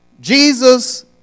Jesus